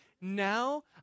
now